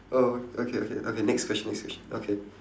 oh okay okay okay next question next question okay